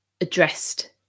addressed